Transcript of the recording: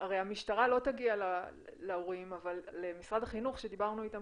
הרי המשטרה לא תגיע להורים אבל למשרד החינוך שדיברנו איתם